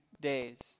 days